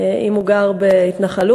אם הוא גר בהתנחלות,